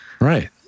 Right